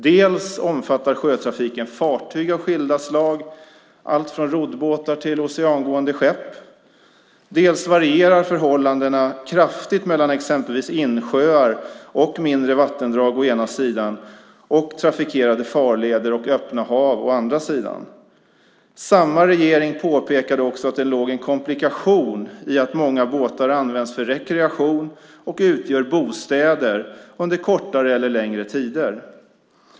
Dels omfattar sjötrafiken fartyg av skilda slag, allt från roddbåtar till oceangående skepp, dels varierar förhållandena kraftigt mellan exempelvis insjöar och mindre vattendrag å ena sidan och trafikerade farleder och öppna hav å andra sidan. Samma regering påpekade att det låg en komplikation i att många båtar används för rekreation och utgör bostäder under kortare eller längre tid.